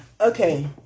Okay